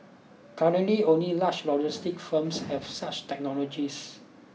currently only large logistics firms have such technologies